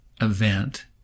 event